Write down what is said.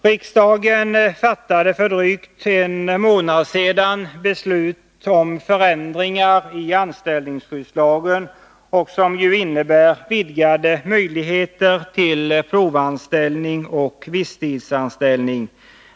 Riksdagen fattade för drygt en månad sedan beslut om förändringar i anställningsskyddslagen, som innebär vidgade möjligheter till provanställning och visstidsanställning.